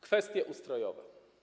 Kwestie ustrojowe.